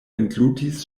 englutis